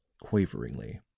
quaveringly